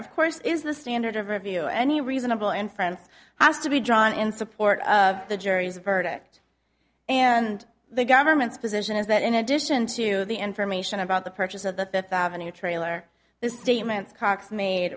of course is the standard of review any reasonable and friends has to be drawn in support of the jury's verdict and the government's position is that in addition to the information about the purchase of the fifth avenue trailer the statements cox made